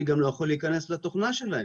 אני גם לא יכול להיכנס לתוכנה שלהם.